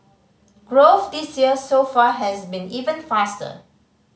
growth this year so far has been even faster